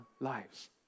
lives